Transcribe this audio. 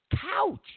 couch